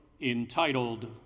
entitled